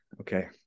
Okay